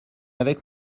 avec